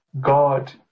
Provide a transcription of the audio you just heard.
God